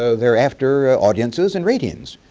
so they're after audiences and ratings.